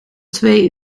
twee